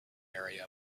area